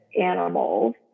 animals